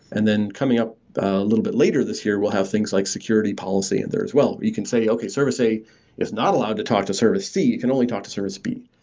and then coming up a little bit later this year, we'll have things like security policy and there as well, where you can say, okay, service a is not allowed to talk to service c. it can only talk to service b.